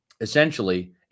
essentially